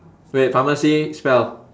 wait pharmacy spell